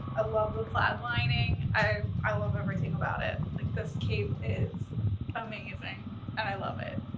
love the plaid lining, i i love everything about it. like this cape is amazing and i love it.